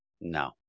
No